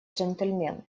джентльмен